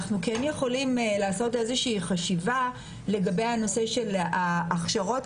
אנחנו כן יכולים לעשות איזושהי חשיבה לגבי הנושא של הכשרות,